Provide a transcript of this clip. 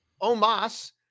Omas